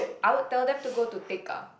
I would tell them to go to Tekka